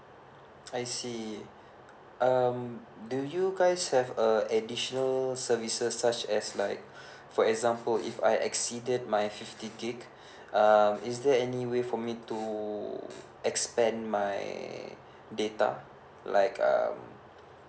I see um do you guys have a additional services such as like for example if I exceeded my fifty gigabyte um is there any way for me to expand my data like um